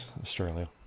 Australia